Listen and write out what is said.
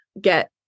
get